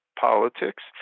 politics